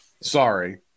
Sorry